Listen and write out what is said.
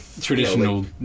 Traditional